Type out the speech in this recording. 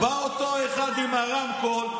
בא אותו אחד עם הרמקול,